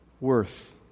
worth